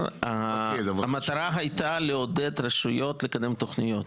המטרה הייתה לעודד רשויות לקדם תוכניות.